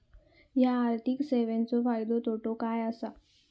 हया आर्थिक सेवेंचो फायदो तोटो काय आसा?